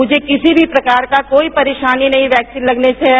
मुझे किसी भी प्रकार का कोई परेशानी नहीं वैक्सीन लगने से है